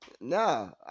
No